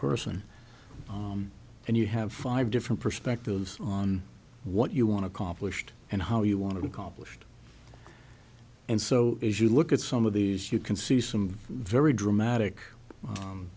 person and you have five different perspectives on what you want to accomplish and how you want to accomplish and so as you look at some of these you can see some very dramatic